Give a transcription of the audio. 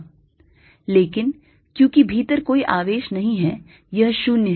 लेकिन क्योंकि भीतर कोई आवेश नहीं है यह 0 है